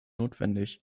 notwendig